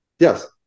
Yes